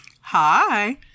Hi